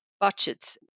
budgets